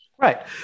Right